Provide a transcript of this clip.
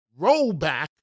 rollback